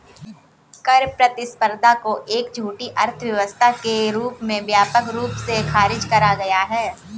कर प्रतिस्पर्धा को एक झूठी अर्थव्यवस्था के रूप में व्यापक रूप से खारिज करा गया है